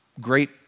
great